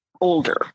older